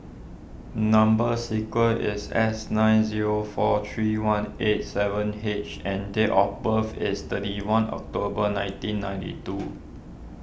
Number Sequence is S nine zero four three one eight seven H and date of birth is thirty one October nineteen ninety two